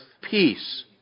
peace